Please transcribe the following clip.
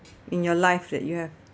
in your life that you have